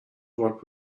what